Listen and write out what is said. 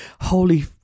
holy